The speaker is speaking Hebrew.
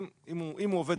אם הוא עובד,